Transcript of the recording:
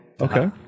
Okay